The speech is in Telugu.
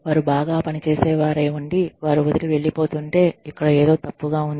వారు బాగా పనిచేసే వారై ఉండి వారు వదిలి వెల్లిపోతుంటే ఇక్కడ ఏదో తప్పుగా ఉంది